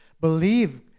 believe